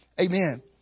Amen